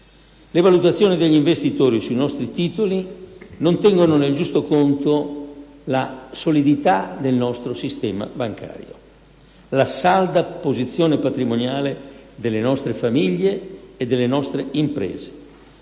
le valutazioni degli investitori sui nostri titoli non tengono nel giusto conto la solidità del nostro sistema bancario, la salda posizione patrimoniale delle nostre famiglie e delle nostre imprese,